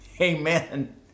Amen